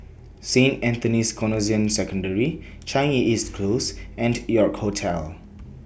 Saint Anthony's Canossian Secondary Changi East Close and York Hotel